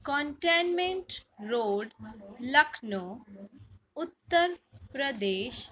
cantonment road Lucknow Uttar Pradesh